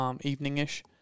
evening-ish